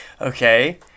okay